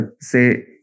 say